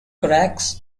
cracks